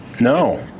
No